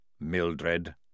Mildred